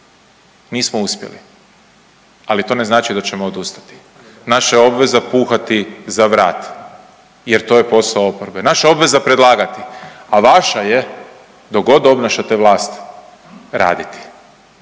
Nismo uspjeli, ali to ne znači da ćemo odustati. Naša je obveza puhati za vrat jer to je posao oporbe. Naša je obveza predlagati, a vaša je dok god obnašate vlast raditi